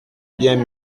bien